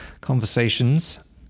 conversations